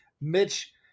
Mitch